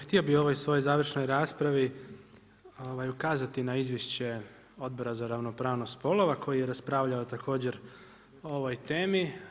Htio bi u ovoj svojoj završnoj raspravi ukazati na izvješće Odbora za ravnopravnost spolova koji je raspravljao također o ovoj temi.